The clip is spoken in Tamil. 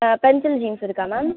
பென்சில் ஜீன்ஸ் இருக்கா மேம்